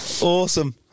Awesome